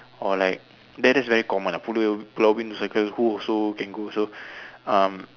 or like there that's very common ah pulau Pulau-Ubin to cycle who also can go also um